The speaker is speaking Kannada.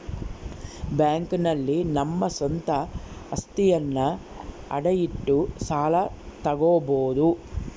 ಬ್ಯಾಂಕ್ ನಲ್ಲಿ ನಮ್ಮ ಸ್ವಂತ ಅಸ್ತಿಯನ್ನ ಅಡ ಇಟ್ಟು ಸಾಲ ತಗೋಬೋದು